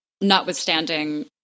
notwithstanding